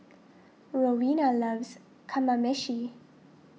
Roena loves Kamameshi